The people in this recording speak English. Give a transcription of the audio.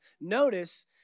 Notice